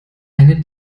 eine